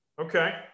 Okay